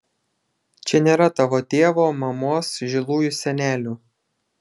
čia nėra tavo tėvo mamos žilųjų senelių